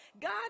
God